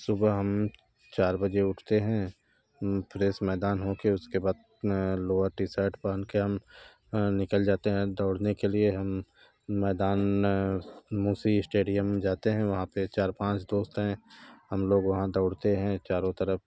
सुबह हम चार बजे उठते हैं फ्रेश मैदान हो के उसके बाद लोअर टीसर्ट पहन के हम निकल जाते हैं दौड़ने के लिए हम मैदान मूसी स्टेडियम में जाते हैं वहाँ पर चार पाँच दोस्त हैं हम लोग वहाँ पर दौड़ते हैं चारो तरफ़